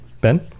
Ben